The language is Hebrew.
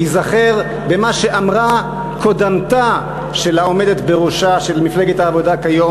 להיזכר במה שאמרה קודמתה של העומדת בראשה של מפלגת העבודה כיום,